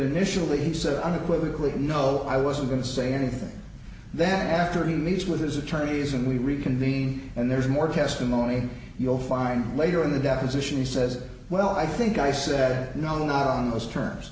initially he said unequivocally no i wasn't going to say anything then after he meets with his attorneys and we reconvene and there's more testimony you'll find later in the deposition he says well i think i said no not on those terms